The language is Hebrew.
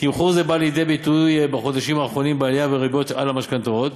תמחור זה בא לידי ביטוי בחודשים האחרונים בעלייה בריביות על המשכנתאות.